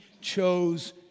chose